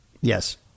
Yes